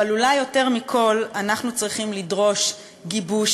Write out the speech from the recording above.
אבל אולי יותר מכול אנחנו צריכים לדרוש גיבוש